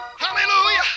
Hallelujah